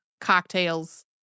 cocktails